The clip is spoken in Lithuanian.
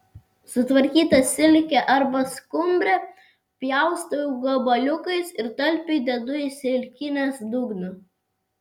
sutvarkytą silkę arba skumbrę pjaustau gabaliukais ir talpiai dedu į silkinės dugną